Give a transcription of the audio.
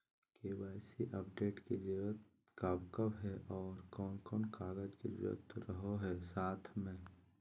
KYC update के जरूरत कब कब है और कौन कौन कागज के जरूरत रहो है साथ में?